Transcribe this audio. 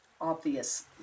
obvious